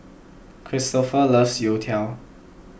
Kristoffer loves Youtiao